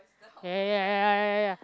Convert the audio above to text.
ya ya ya ya ya ya